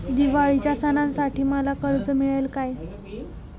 दिवाळीच्या सणासाठी मला कर्ज मिळेल काय?